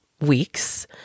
weeks